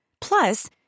Plus